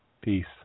Peace